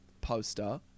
poster